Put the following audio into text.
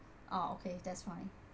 oh okay that's fine